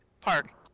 Park